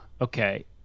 Okay